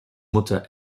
mutter